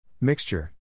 Mixture